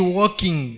working